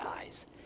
eyes